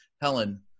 Helen